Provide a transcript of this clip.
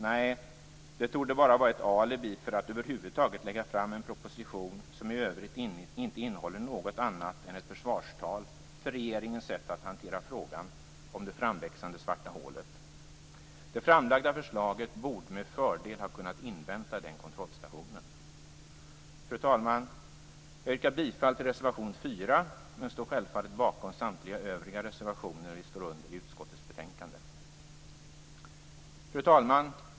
Nej, det torde bara vara ett alibi för att över huvud taget lägga fram en proposition som i övrigt inte innehåller något annat än ett försvarstal för regeringens sätt att hantera frågan om det framväxande svarta hålet. Det framlagda förslaget borde med fördel ha kunnat invänta kontrollstationen. Fru talman! Jag yrkar bifall till reservation 4 men står självfallet bakom samtliga övriga reservationer till utskottets betänkande som vi har skrivit under. Fru talman!